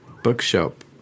bookshop